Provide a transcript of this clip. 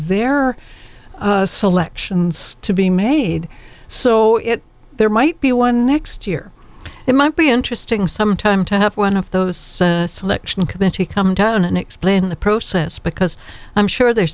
their selections to be made so there might be one next year it might be interesting sometime to have one of those send a selection committee come down and explain the process because i'm sure they're